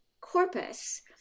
corpus